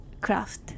craft